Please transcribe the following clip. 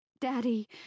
Daddy